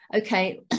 okay